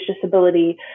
disability